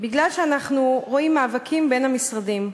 בגלל המאבקים שאנחנו רואים בין המשרדים.